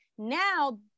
now